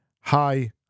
Hi